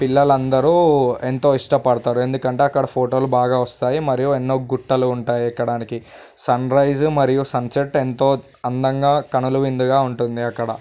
పిల్లలందరూ ఎంతో ఇష్టపడతారు ఎందుకంటే అక్కడ ఫోటోలు బాగా వస్తాయి మరియు ఎన్నో గుట్టలు ఉంటాయి ఎక్కడానికి సన్ రైసు మరియు సన్సెట్ ఎంతో అందంగా కనులు విందుగా ఉంటుంది అక్కడ